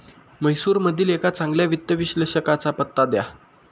म्हैसूरमधील एका चांगल्या वित्त विश्लेषकाचा पत्ता द्या